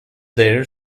their